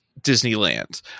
Disneyland